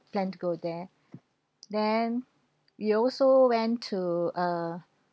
plan to go there then we also went to uh